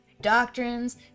Doctrines